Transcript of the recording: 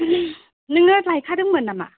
नोङो लायखादोंमोन नामा